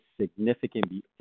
significantly